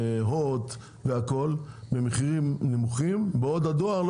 הוט וכולי במחירים נמוכים בעוד הדואר לא